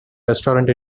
restaurant